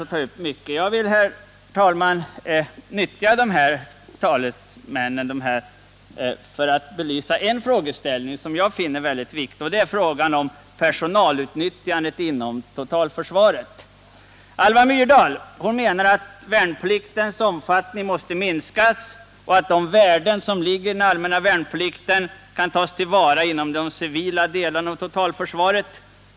Jag vill, herr talman, nyttja dessa skribenter för att belysa en frågeställning som jag finner mycket viktig, och det är frågan om personalutnyttjandet inom totalförsvaret. Alva Myrdal menar att värnpliktens omfattning måste minskas, och de värden som ligger i den allmänna värnplikten kan tas till vara inom de civila delarna av totalförsvaret.